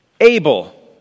Abel